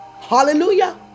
Hallelujah